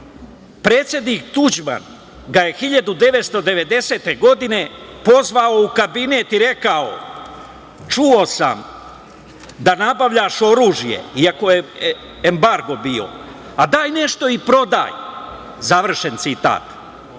Predsednik Tuđman ga je 1990. godine pozvao u kabinet i rekao: „Čuo sam da nabavljaš oružje, iako je embargo bio, a daj nešto i prodaj“, završen citat.